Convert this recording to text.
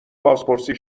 بازپرسی